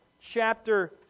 chapter